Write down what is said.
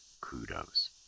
kudos